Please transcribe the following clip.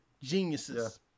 Geniuses